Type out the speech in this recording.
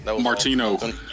Martino